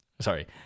Sorry